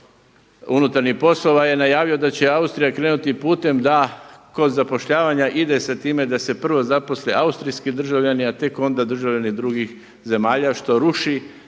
unutarnjih poslova je najavio da će Austrija krenuti putem da kod zapošljavanja ide se time da se prvo zaposle austrijski državljani, a tek onda državljani drugih zemalja, što ruši